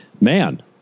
Man